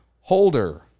holder